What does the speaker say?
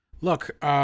Look